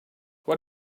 what